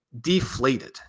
deflated